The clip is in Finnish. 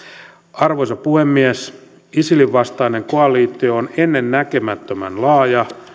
arvoisa puhemies isilin vastainen koalitio on ennennäkemättömän laaja